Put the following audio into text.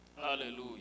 hallelujah